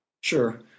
Sure